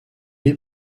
est